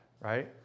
right